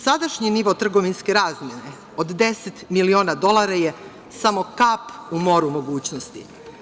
Sadašnji nivo trgovinske razmene od deset miliona dolara je samo kap u moru mogućnosti.